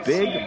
Big